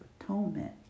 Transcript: atonement